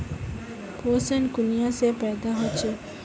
पोषण कुनियाँ से पैदा होचे?